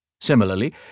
Similarly